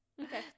Okay